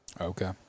Okay